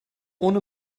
ohne